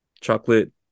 chocolate